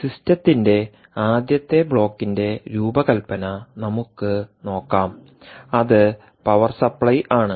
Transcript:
സിസ്റ്റത്തിന്റെ ആദ്യത്തെ ബ്ലോക്കിന്റെ രൂപകൽപ്പന നമുക്ക് നോക്കാം അത് പവർ സപ്ലൈആണ്